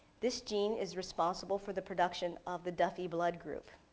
this gene is responsible for the production of the duffy blood group.